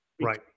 Right